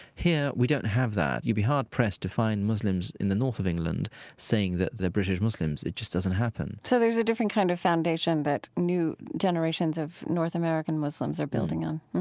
here, we don't have that. you'd be hard pressed to find muslims in the north of england saying that they're british muslims. it just doesn't happen so there's a different kind of foundation that new generations of north american muslims are building on,